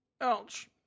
ouch